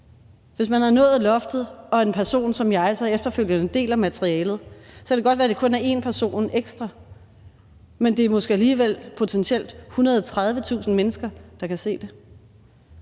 Hvis man har nået loftet og en person som jeg så efterfølgende deler materialet, kan det godt være, det kun er en person ekstra, men det er måske alligevel potentielt 130.000 mennesker, der kan se det.